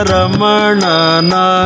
Ramanana